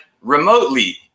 remotely